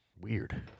Weird